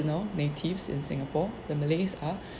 you know natives in singapore the malays are